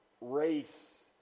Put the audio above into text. race